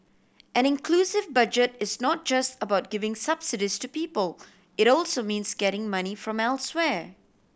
an inclusive Budget is not just about giving subsidies to people it also means getting money from elsewhere